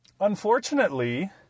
Unfortunately